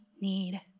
need